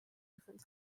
different